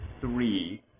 three